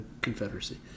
confederacy